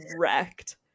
wrecked